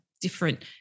different